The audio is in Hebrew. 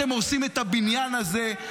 אתם הורסים את הבניין הזה,